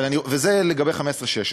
זה לגבי 15'-16',